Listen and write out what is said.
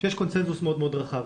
שיש קונצנזוס מאוד מאוד רחב